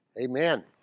Amen